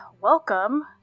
welcome